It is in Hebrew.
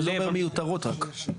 מה זה אומר מיותרות רק?